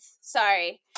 sorry